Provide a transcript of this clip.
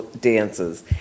dances